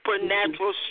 supernatural